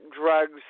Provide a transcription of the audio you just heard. drugs